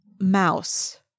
mouse